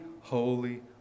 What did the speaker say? holy